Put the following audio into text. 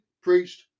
preached